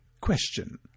Question